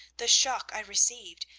the shock i received,